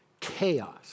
chaos